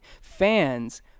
fans